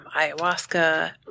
ayahuasca